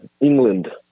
England